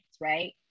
right